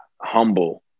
humble